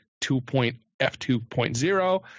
F2.0